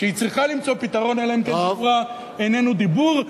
שהיא צריכה למצוא פתרון אלא אם כן דיבורה איננו דיבור.